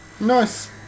Nice